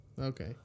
Okay